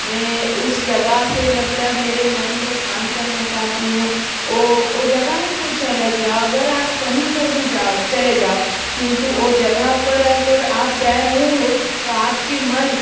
मैं उस जगह से मतलब मेरे मन को शांत करना चाहती हूँ ओ ओ जगह ही कुछ अलग है कि अगर आप कहीं पर भी जा चले जाओ किन्तु ओ जगह पर अगर आप जा रहे हो तो आपकी मन